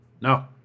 No